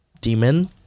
demon